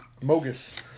Mogus